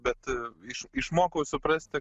bet iš išmokau suprasti